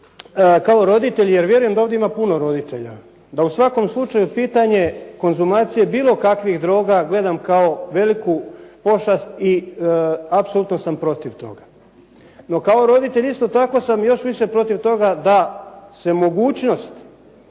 kao roditelj jer vjerujem da ovdje ima puno roditelja, da u svakom slučaju pitanje konzumacije bilo kakvih droga gledam kao veliku pošast i apsolutno sam protiv toga. No kao roditelj isto tako sam još više protiv toga da se mogućnost